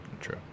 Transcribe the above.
true